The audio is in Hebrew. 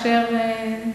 אחר פעם.